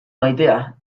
maitea